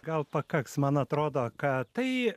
gal pakaks man atrodo kad tai